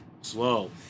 slow